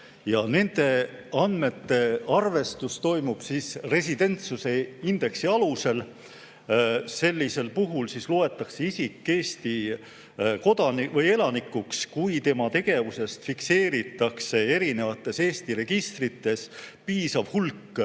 ka. Nende andmete arvestus toimub residentsuse indeksi alusel. Sellisel puhul loetakse isik Eesti elanikuks, kui tema tegevusest fikseeritakse erinevates Eesti registrites piisav hulk